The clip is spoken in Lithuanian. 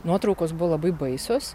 nuotraukos buvo labai baisios